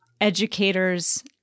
educators